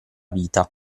vita